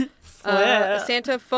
Santa